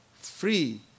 free